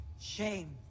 Shame